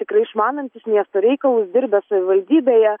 tikrai išmanantis miesto reikalus dirbęs savivaldybėje